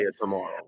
tomorrow